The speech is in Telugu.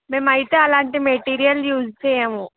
మేమైతే అలాంటి మెటీరియల్ యూజ్ చేయము